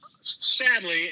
sadly